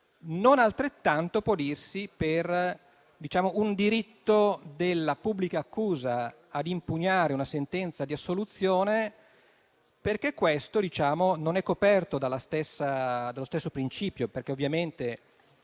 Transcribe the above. non altrettanto può dirsi per un diritto della pubblica accusa ad impugnare una sentenza di assoluzione perché questo non è coperto dallo stesso principio. Ovviamente